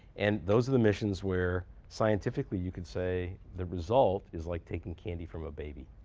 and those are the missions where scientifically you can say the result is like taking candy from a baby.